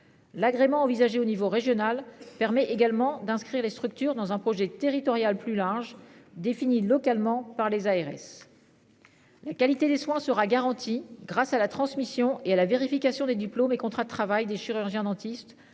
L'agrément envisagé au niveau régional, permet également d'inscrire les structures dans un projet territorial plus large définies localement par les ARS. La qualité des soins sera garanti grâce à la transmission et à la vérification des Duplo mes contrats de travail des chirurgiens dentistes.